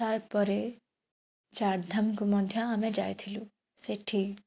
ତା'ପରେ ଚାରିଧାମକୁ ମଧ୍ୟ ଆମେ ଯାଇଥିଲୁ ସେଠି